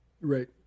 right